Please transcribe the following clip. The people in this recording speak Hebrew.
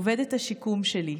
עובדת השיקום שלי,